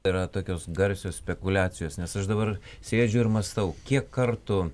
yra tokios garsios spekuliacijos nes aš dabar sėdžiu ir mąstau kiek kartų